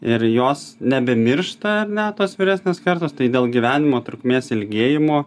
ir jos nebemiršta ar ne tos vyresnės kartos tai dėl gyvenimo trukmės ilgėjimo